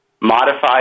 modified